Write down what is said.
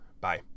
Bye